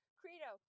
credo